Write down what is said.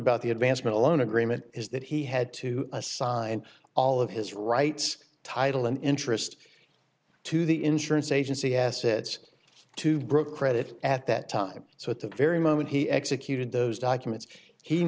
about the advancement loan agreement is that he had to assign all of his rights title and interest to the insurance agency assets to brook credit at that time so at the very moment he executed those documents he